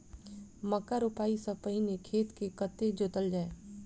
मक्का रोपाइ सँ पहिने खेत केँ कतेक जोतल जाए?